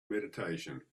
meditation